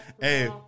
Hey